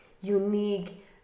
unique